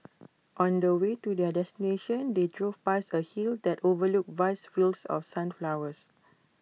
on the way to their destination they drove past A hill that overlooked vast fields of sunflowers